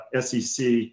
sec